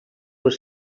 were